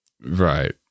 right